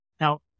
Now